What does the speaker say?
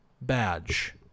badge